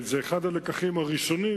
זה אחד הלקחים הראשונים,